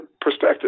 perspective